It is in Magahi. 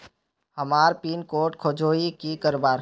हमार पिन कोड खोजोही की करवार?